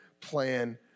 plan